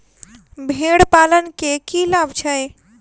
भेड़ पालन केँ की लाभ छै?